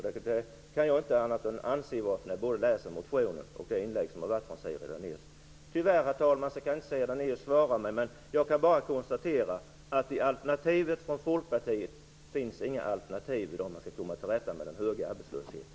Jag kan inte anse annat när jag både läser motionen och lyssnar på Siri Dannaeus inlägg. Tyvärr kan inte Siri Dannaeus svara mig, herr talman. Jag kan bara konstatera att i förslaget från Folkpartiet finns inga alternativ för hur man skall komma till rätta med den höga arbetslösheten.